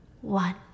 One